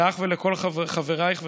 לך ולכל חברייך וחברותייך.